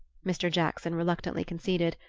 mr. jackson reluctantly conceded,